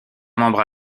membre